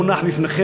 הוא מונח בפניכם,